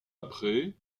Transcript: après